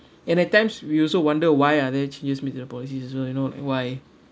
and at times we also wonder why are there changes made to the policies also you know why